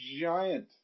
giant